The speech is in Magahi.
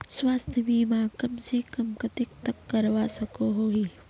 स्वास्थ्य बीमा कम से कम कतेक तक करवा सकोहो ही?